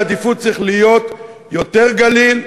והעדיפות צריכה להיות יותר גליל,